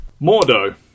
Mordo